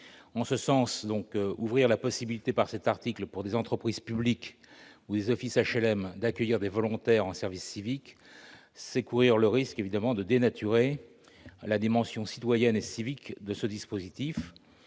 En ce sens, ouvrir, par cet article, la possibilité pour des entreprises publiques ou des offices d'HLM d'accueillir des volontaires en service civique, c'est courir le risque, évidemment, de dénaturer la dimension citoyenne et civique de ce dispositif.